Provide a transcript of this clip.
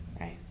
Right